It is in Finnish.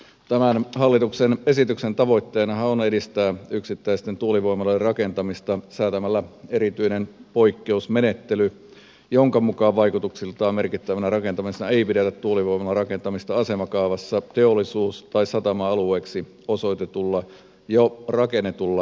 tämän hallituksen esityksen tavoitteenahan on edistää yksittäisten tuulivoimaloiden rakentamista säätämällä erityinen poikkeusmenettely jonka mukaan vaikutuksiltaan merkittävänä rakentamisena ei pidetä tuulivoimalarakentamista asemakaavassa teollisuus tai satama alueeksi osoitetulla jo rakennetulla alueella